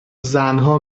زنها